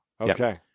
Okay